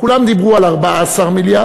כולם דיברו על 14 מיליארד.